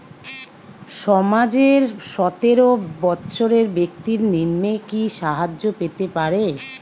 সমাজের সতেরো বৎসরের ব্যাক্তির নিম্নে কি সাহায্য পেতে পারে?